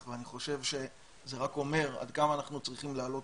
ואני חושב שזה רק אומר עד כמה אנחנו צריכים להעלות